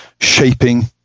shaping